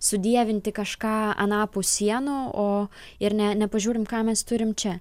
sudievinti kažką anapus sienų o ir ne nepažiūrim ką mes turim čia